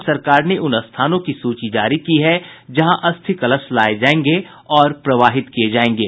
राज्य सरकार ने उन स्थानों की सूची जारी की है जहां अस्थि कलश लाये जाएंगे और प्रवाहित किये जाएंगे